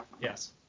Yes